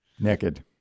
Naked